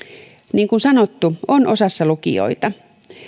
niin kuin sanottu on osassa lukioita